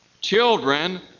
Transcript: children